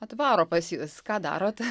atvaro pas jus ką darot